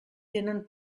tenen